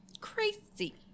Crazy